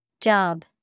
Job